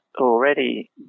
already